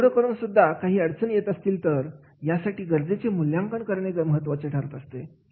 आणि एवढं करून सुद्धा काही अडचणी येत असतील तर यासाठी गरजेचे मूल्यांकन करणे महत्त्वाचे ठरते